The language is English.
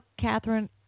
Catherine